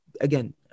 again